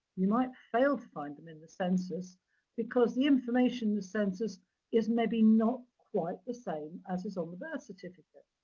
you might fail to find them in the census because the information in the census is maybe not quite the same as is on the birth certificate.